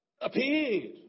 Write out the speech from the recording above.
appeared